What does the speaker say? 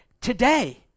today